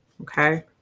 Okay